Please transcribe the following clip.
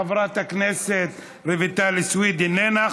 חברת הכנסת רויטל סויד, איננה.